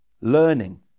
learning